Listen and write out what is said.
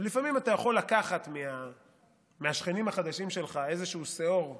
לפעמים אתה יכול לקחת מהשכנים החדשים שלך איזשהו שאור בהשאלה,